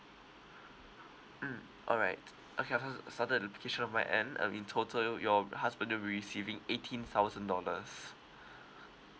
mm all right okay I've sa~ started the application on my end um in total your husband will be receiving eighteen thousand dollars